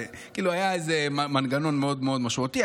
היה איזה מנגנון מאוד מאוד משמעותי,